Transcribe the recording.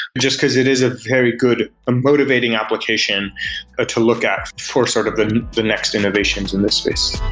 just because it is a very good and ah motivating application ah to look at for sort of the the next innovations in this space